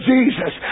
Jesus